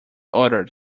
ordered